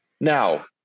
Now